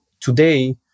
today